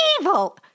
Evil